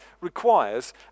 requires